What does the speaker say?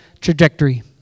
trajectory